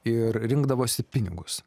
ir rinkdavosi pinigus